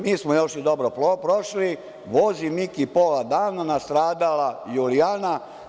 Mi smo još i dobro prošli, vozi Miki pola dana, nastradala Julijana.